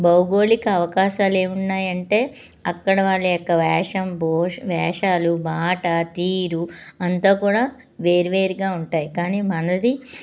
భౌగోళిక అవకాశాలు ఏమి ఉన్నాయి అంటే అక్కడ వాళ్ళ యొక్క వేషం భూష్ వేషాలు మాట తీరు అంతా కూడా వేరు వేరుగా ఉంటాయి కానీ మనది